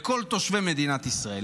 לכל תושבי מדינת ישראל.